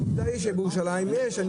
העובדה היא שבירושלים יש.